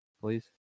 please